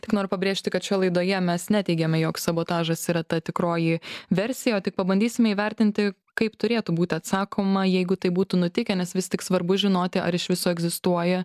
tik noriu pabrėžti kad šio laidoje mes neteigiame jog sabotažas yra ta tikroji versija o tik pabandysime įvertinti kaip turėtų būti atsakoma jeigu taip būtų nutikę nes vis tik svarbu žinoti ar iš viso egzistuoja